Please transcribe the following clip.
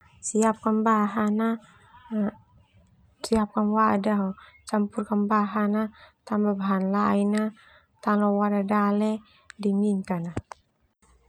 Siapkan bahan siapkan wadah na wadah campur bahan tambah bahan lain tao leo kulkas dale dinginkan.